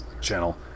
channel